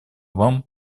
вам